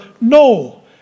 No